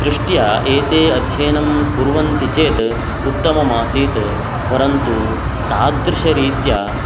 दृष्ट्या एते अध्ययनं कुर्वन्ति चेत् उत्तमम् आसीत् परन्तु तादृशरीत्या